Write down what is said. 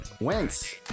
Wentz